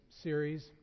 series